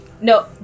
No